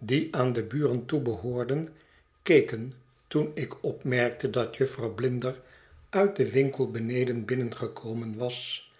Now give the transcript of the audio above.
die aan de buren toebehoorden keken toen ik opmerkte dat jufvrouw blinder uit den winkel beneden binnengekomen was